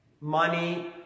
money